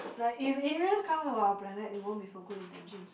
like if aliens come to our planet it won't be for good intentions